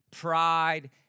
pride